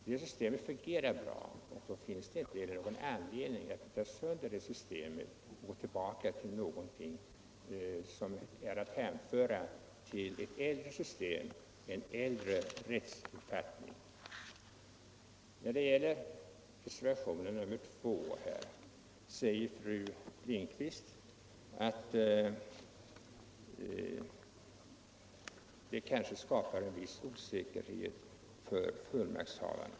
Det systemet fungerar bra, och då finns det inte någon anledning att bryta sönder det och gå tillbaka till någonting som är att hänföra till en äldre rättsuppfattning. När det gäller reservationen 2 säger fru Lindquist att ett genomförande av propositionens förslag skulle skapa en viss osäkerhet för fullmaktshavarna.